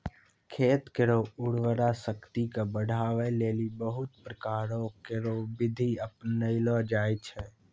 खेत केरो उर्वरा शक्ति क बढ़ाय लेलि बहुत प्रकारो केरो बिधि अपनैलो जाय छै